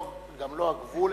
גם לא את הגבול,